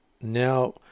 now